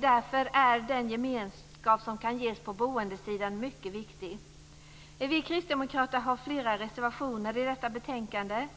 Därför är den gemenskap som kan ges på boendesidan mycket viktig. Vi kristdemokrater har flera reservationer till detta betänkande.